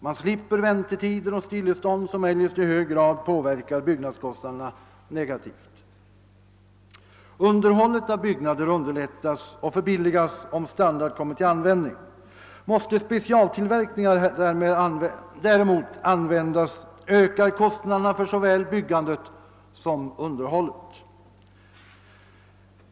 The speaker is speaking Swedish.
Man slipper väntetider och stillestånd som eljest i hög grad påverkar byggnadskostnaderna negativt. Underhållet av byggnaderna underlättas och förbilligas om standard kommer till användning. Måste specialtillverkningar däremot användas, ökar kostnaderna för såväl byggandet som underhållet.